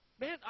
Man